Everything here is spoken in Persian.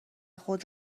خود